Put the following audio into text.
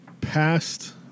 past